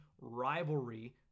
rivalry